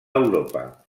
europa